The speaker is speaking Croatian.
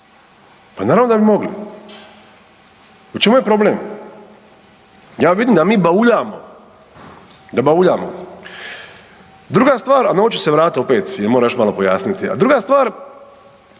Pa naravno da bi mogli. U čemu je problem? Ja vidim da mi bauljamo, da bauljamo. Druga stvar, a na ovu ću se vratit opet jer moram još malo pojasniti. A druga stvar